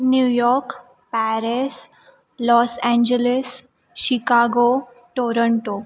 New York Paris Los Angeles Chicago Toronto